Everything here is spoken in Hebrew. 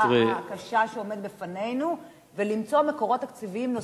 הקשה שעומדת בפנינו ולמצוא מקורות תקציביים נוספים,